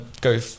go